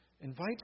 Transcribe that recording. Invite